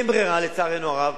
אין ברירה לצערנו הרב.